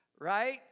right